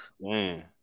Man